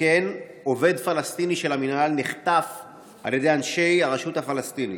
וכן עובד פלסטיני של המינהל נחטף על ידי הרשות הפלסטינית.